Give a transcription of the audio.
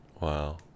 Wow